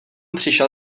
přišel